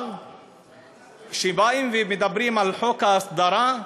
אבל כשבאים ומדברים על חוק ההסדרה,